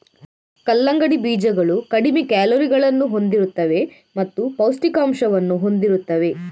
ಕಲ್ಲಂಗಡಿ ಬೀಜಗಳು ಕಡಿಮೆ ಕ್ಯಾಲೋರಿಗಳನ್ನು ಹೊಂದಿರುತ್ತವೆ ಮತ್ತು ಪೌಷ್ಠಿಕಾಂಶವನ್ನು ಹೊಂದಿರುತ್ತವೆ